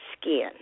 skin